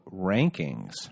rankings